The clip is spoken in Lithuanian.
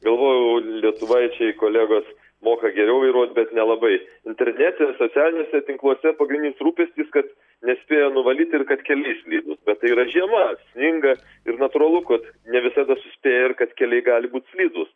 galvojau lietuvaičiai kolegos moka geriau vairuot bet nelabai internete socialiniuose tinkluose pagrindinis rūpestis kad nespėja nuvalyt ir kad keliai slidūs bet tai yra žiema sninga ir natūralu kad ne visada suspėja ir kad keliai gali būt slidūs